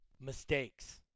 mistakes